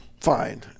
fine